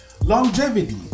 Longevity